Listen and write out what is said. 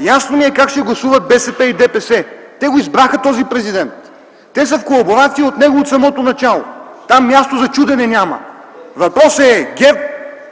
Ясно ми е как ще гласуват БСП и ДПС, те избраха този президент, те са в колаборация с него от самото начало. Там място за чудене няма. Въпросът е ГЕРБ,